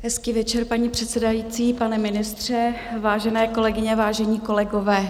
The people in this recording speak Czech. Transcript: Hezký večer, paní předsedající, pane ministře, vážené kolegyně, vážení kolegové.